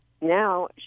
now